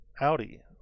audi